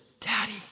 Daddy